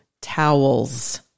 towels